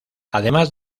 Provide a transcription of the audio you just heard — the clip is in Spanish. además